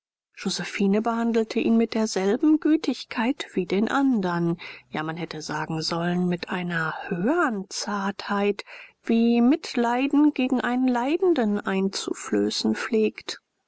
josephine behandelte ihn mit derselben gütigkeit wie den andern ja man hätte sagen sollen mit einer höhern zartheit wie mitleiden gegen einen leidenden einzuflößen pflegt